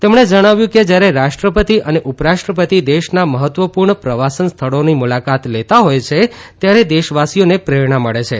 તેમણે જણાવ્યું કે જયારે રાષ્ટ્રપતિ અને ઉપરાષ્ટ્રપતિ દેશના મહત્વપૂર્ણ પ્રવાસન સ્થળોની મુલાકાત લેતા હોય છે ત્યારે દેશવાસીઓને પ્રેરણા મળે છે